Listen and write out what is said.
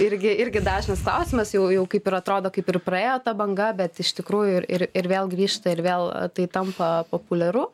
irgi irgi dažnas klausimas jau jau kaip ir atrodo kaip ir praėjo ta banga bet iš tikrųjų ir ir ir vėl grįžta ir vėl tai tampa populiaru